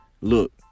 Look